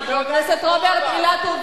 חבר הכנסת רוברט אילטוב.